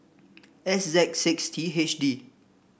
X Z six T H D